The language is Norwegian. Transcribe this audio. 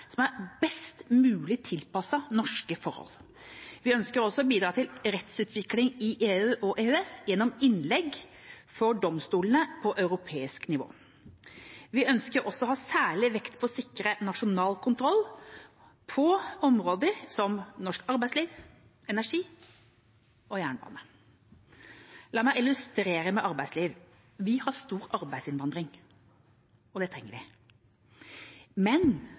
som er best mulig tilpasset norske forhold. Vi ønsker å bidra til rettsutviklingen i EU og EØS gjennom innlegg for domstolene på europeisk nivå. Vi ønsker også å ha særlig vekt på å sikre nasjonal kontroll på områder som norsk arbeidsliv, energi og jernbane. La meg illustrere med området arbeidsliv: Vi har stor arbeidsinnvandring, og det trenger vi. Men